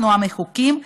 אנחנו המחוקקים,